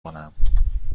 کنم